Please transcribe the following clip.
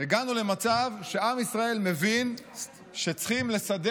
הגענו למצב שעם ישראל מבין שצריכים לסדר